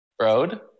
Road